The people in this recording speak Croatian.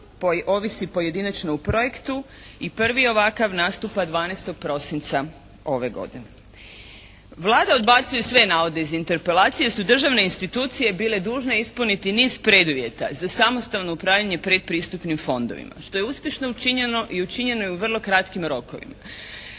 ovisi pojedinačno o projektu i prvi ovakav nastupa 12. prosinca ove godine. Vlada odbacuje sve navode iz interpelacije jer su državne institucije bile dužne ispuniti niz preduvjeta za samostalno upravljanje predpristupnim fondovima što je uspješno učinjeno i učinjeno je u vrlo kratkim rokovima.